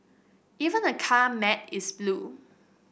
even the car mat is blue